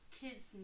Kids